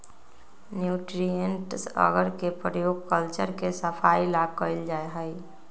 nutrients अगर के प्रयोग कल्चर के सफाई ला कइल जाहई